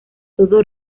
todo